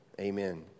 Amen